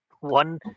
one